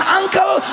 uncle